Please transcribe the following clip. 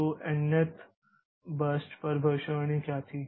तो nth burst पर भविष्यवाणी क्या थी